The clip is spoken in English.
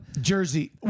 Jersey